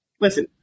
Listen